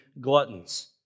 gluttons